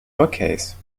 bookcase